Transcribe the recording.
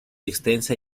extensa